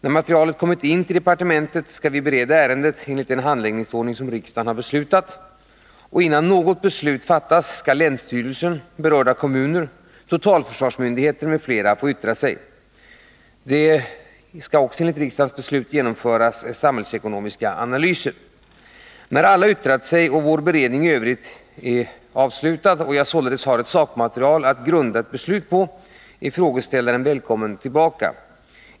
När materialet kommit in till departementet, bereder vi ärendet enligt en handläggningsordning som riksdagen beslutat. Innan något beslut fattas skall länsstyrelsen, berörda kommuner, totalförsvarsmyndigheterna m.fl. få yttra sig. Vidare skall samhällsekonomiska analyser genomföras. När alla yttrat sig och vår beredning i övrigt avslutats och jag således har ett sakmaterial att grunda ett beslut på, är frågeställaren välkommen tillbaka.